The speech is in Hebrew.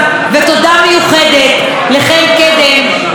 ותודה מיוחדת לחן קדם,